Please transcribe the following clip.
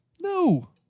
No